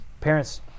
parents